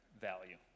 value